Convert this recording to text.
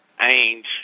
Ainge –